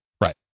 right